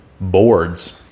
boards